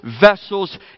vessels